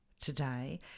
today